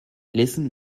listen